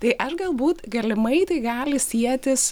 tai aš galbūt galimai tai gali sietis